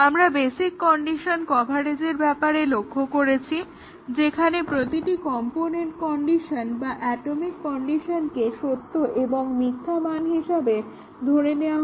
আমরা basic condition কভারেজের ব্যাপারে লক্ষ্য করেছি যেখানে প্রতিটি কম্পোনেন্ট কন্ডিশন বা অ্যাটমিক কন্ডিশনকে সত্য এবং মিথ্যা মান হিসেবে ধরে নেওয়া হয়